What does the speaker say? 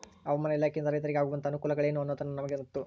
ಹವಾಮಾನ ಇಲಾಖೆಯಿಂದ ರೈತರಿಗೆ ಆಗುವಂತಹ ಅನುಕೂಲಗಳೇನು ಅನ್ನೋದನ್ನ ನಮಗೆ ಮತ್ತು?